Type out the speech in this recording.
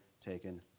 taken